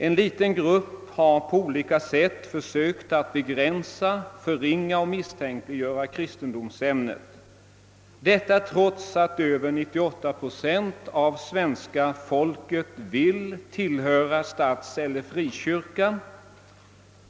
En liten grupp har på olika sätt försökt att begränsa, förringa och misstänkliggöra kristendomsämnet, detta trots att över 98 procent av svenska folket har visat att man vill tillhöra statseller frikyrka.